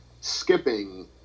skipping